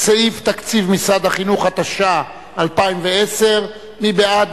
סעיף תקציב משרד החינוך), התשע"א 2010. מי בעד?